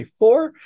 24